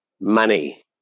money